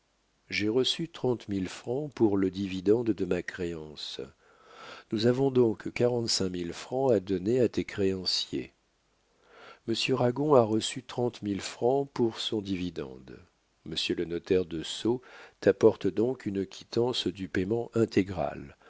j'ai reçu trente mille francs pour le dividende de ma créance nous avons donc quarante-cinq mille francs à donner à tes créanciers monsieur ragon a reçu trente mille francs pour son dividende monsieur le notaire de sceaux t'apporte donc une quittance du paiement intégral